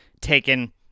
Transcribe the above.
taken